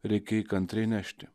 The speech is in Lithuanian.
reikia jį kantriai nešti